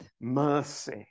Mercy